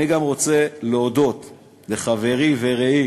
אני גם רוצה להודות לחברי ורעי